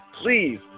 please